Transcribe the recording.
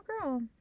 girl